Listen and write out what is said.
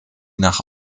nach